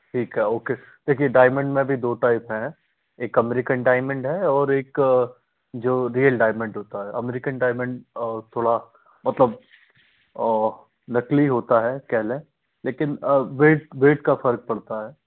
ठीक है ओके देखिए डाइमंड में भी दो टाइप हैं एक अमेरिकन डाइमंड है और एक जो रीयल डाइमंड होता है अमेरिकन डाइमंड थोड़ा मतलब नक़ली होता है कहलें लेकिन वेट वेट का फ़र्क़ पड़ता है